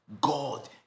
God